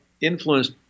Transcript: influenced